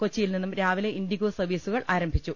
കൊച്ചിയിൽ നിന്നും രാവിലെ ഇൻഡിഗോ സർവീസുകൾ ആരംഭിച്ചു